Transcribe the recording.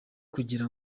kugira